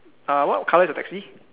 uh what color is the taxi